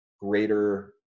greater